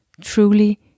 truly